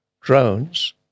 drones